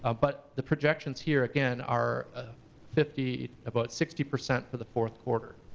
ah but the projections here, again, are fifty, about sixty percent for the fourth quarter.